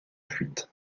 fuite